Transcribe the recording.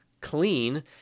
clean